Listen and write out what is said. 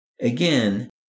Again